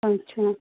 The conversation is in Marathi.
अच्छा